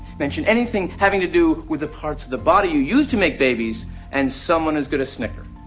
mention anything having to do with the parts of the body you use to make babies and someone's gonna snicker.